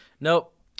nope